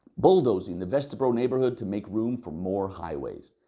bulldozing the vesterbro neighbourhood to make room for more highways.